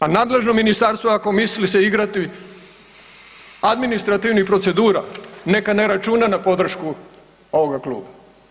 A nadležno ministarstvo ako misli se igrati administrativnih procedura neka ne računa na podršku ovoga kluba.